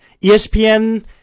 ESPN